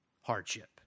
hardship